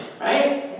Right